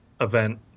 event